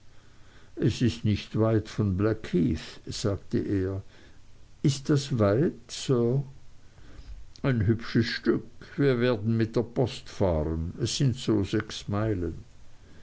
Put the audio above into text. es ist nicht weit von blackheath sagte er ist das weit sir ein hübsches stück wir werden mit der post fahren es sind so sechs meilen